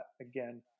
again